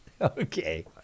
okay